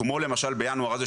כמו למשל בינואר הזה,